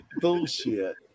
Bullshit